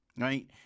Right